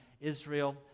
Israel